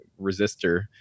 resistor